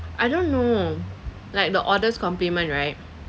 I don't know like the oddest compliment right